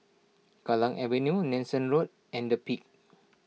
Kallang Avenue Nanson Road and the Peak